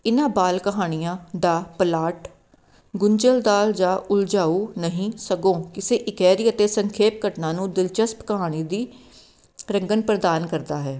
ਇਹਨਾਂ ਬਾਲ ਕਹਾਣੀਆਂ ਦਾ ਪਲਾਟ ਗੁੰਝਲਦਾਰ ਜਾਂ ਉਲਝਾਊ ਨਹੀਂ ਸਗੋਂ ਕਿਸੇ ਇਕਹਿਰੀ ਅਤੇ ਸੰਖੇਪ ਘਟਨਾ ਨੂੰ ਦਿਲਚਸਪ ਕਹਾਣੀ ਦੀ ਰੰਗਣ ਪ੍ਰਦਾਨ ਕਰਦਾ ਹੈ